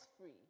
free